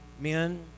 men